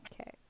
Okay